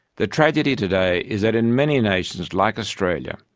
the tragedy today is that in many nations like australia,